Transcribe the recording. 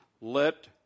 let